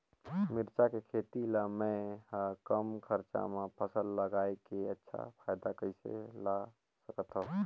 मिरचा के खेती ला मै ह कम खरचा मा फसल ला लगई के अच्छा फायदा कइसे ला सकथव?